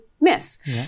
miss